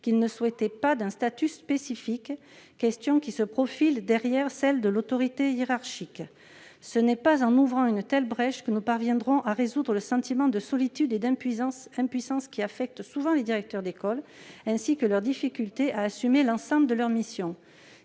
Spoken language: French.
qu'ils ne souhaitaient pas un statut spécifique, question qui se profile derrière celle de l'autorité hiérarchique. Ce n'est pas en ouvrant une telle brèche que nous parviendrons à résoudre le sentiment de solitude et d'impuissance qui affecte souvent les directeurs d'école, ainsi que leurs difficultés à assumer l'ensemble de leurs missions.